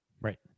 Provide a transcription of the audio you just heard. right